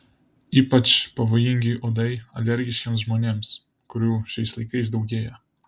ypač pavojingi uodai alergiškiems žmonėms kurių šiais laikais daugėja